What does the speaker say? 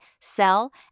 sell